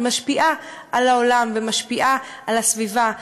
משפיעה על העולם ומשפיעה על הסביבה.